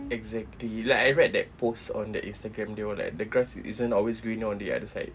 exactly like I read that post on the instagram they were like the grass isn't always greener on the other side